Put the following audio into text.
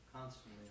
constantly